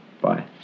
Bye